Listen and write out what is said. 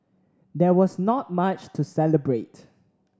there was not much to celebrate